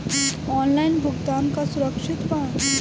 Online भुगतान का सुरक्षित बा?